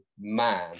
man